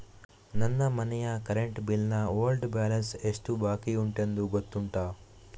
ನನ್ನ ಮನೆಯ current bill ನ ಓಲ್ಡ್ ಬ್ಯಾಲೆನ್ಸ್ ಎಷ್ಟು ಬಾಕಿಯುಂಟೆಂದು ಗೊತ್ತುಂಟ?